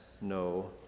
no